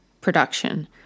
production